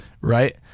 Right